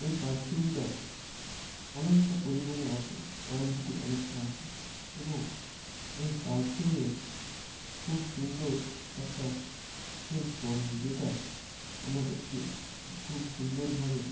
এই পারফিউমটার অনেকটা পরিমাণে আছে কোয়ান্টিটি অনেকটা আছে এবং এই পারফিউমে খুব সুন্দর একটা ফ্রেশ গন্ধ যেটা আমাদেরকে খুব সুন্দরভাবে